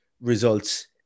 results